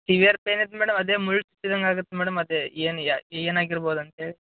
severe pain ಐತಿ madam ಅದೇ ಮುಳ್ಳು ಚುಚ್ದಂಗೆ ಆಗುತ್ತೆ ಮೇಡಮ್ ಅದೇ ಏನು ಯಾ ಏನು ಆಗಿರ್ಬೋದು ಅಂತ್ಹೇಳಿ